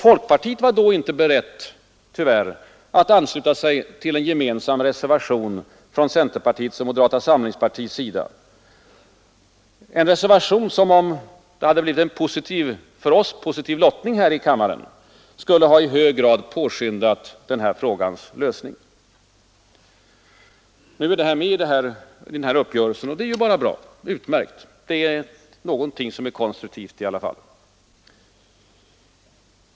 Folkpartiet var då inte berett — tyvärr — att ansluta sig till en gemensam reservation från centerpartiets och moderata samlingspartiets sida, en reservation som, om det hade blivit ett för oss positivt lottningsresultat i kammaren, skulle ha i hög grad påskyndat frågans lösning. Nu är detta med i uppgörelsen, vilket ju är utmärkt; det är i alla fall någonting som är konstruktivt.